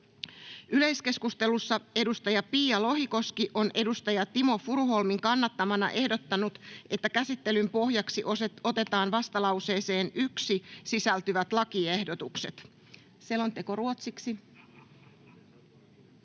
Yleiskeskustelussa edustaja Pia Lohikoski on edustaja Timo Furuholmin kannattamana ehdottanut, että käsittelyn pohjaksi otetaan vastalauseeseen 1 sisältyvät lakiehdotukset. — Selonteko ruotsiksi.